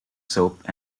soap